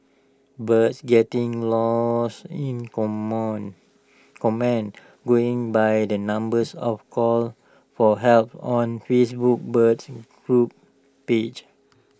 birds getting lost in common going by the numbers of calls for help on Facebook birds group pages